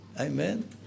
Amen